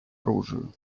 оружию